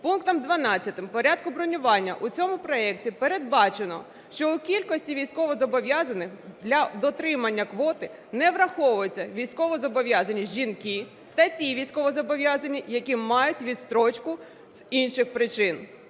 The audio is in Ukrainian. Пунктом 12 в порядку бронювання у цьому проекті передбачено, що у кількості військовозобов'язаних для дотримання квоти не враховуються військовозобов'язані жінки та ті військовозобов'язані, які мають відстрочку з інших причин.